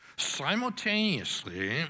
Simultaneously